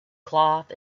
cloth